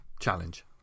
challenge